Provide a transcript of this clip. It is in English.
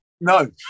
No